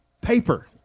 paper